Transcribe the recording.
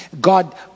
God